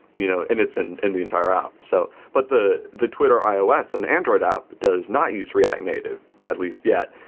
you know and it's and in the entire app. so but the the twitter ios and android app does not use react native at least yet.